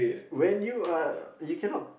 when you are you cannot